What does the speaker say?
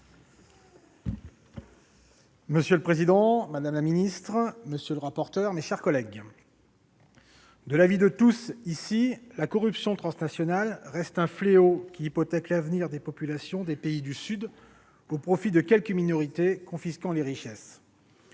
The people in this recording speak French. Monsieur le président, madame la secrétaire d'État, monsieur le rapporteur, mes chers collègues, de l'avis de tous dans cet hémicycle, la corruption transnationale reste un fléau qui hypothèque l'avenir des populations des pays du Sud, au profit de quelques minorités confisquant les richesses.